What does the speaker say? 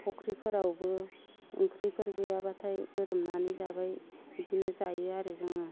फुख्रिफोरावबो ओंख्रिफोर गैयाब्लाथाय गोरोमनानै जाबाय बिदिनो जायो आरो जोङो